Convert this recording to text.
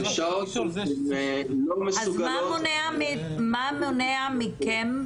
מה מונע מכם?